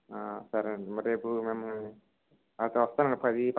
సరేనండి మరి రేపు మిమ్మల్ని అయితే వస్తానండి పది ప